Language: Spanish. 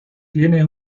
tiene